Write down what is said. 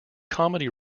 comedy